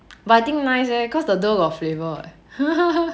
but I think nice leh cause the dough got flavour ah